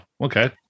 okay